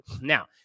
Now